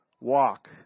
walk